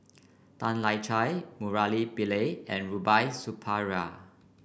Tan Lian Chye Murali Pillai and Rubiah Suparman